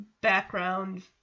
background